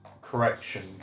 correction